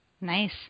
Nice